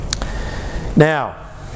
now